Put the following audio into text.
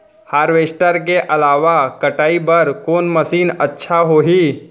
Harvester के अलावा कटाई बर कोन मशीन अच्छा होही?